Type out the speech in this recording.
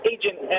Agent